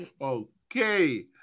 Okay